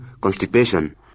constipation